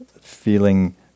feeling